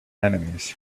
enemies